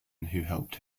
helped